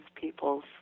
people's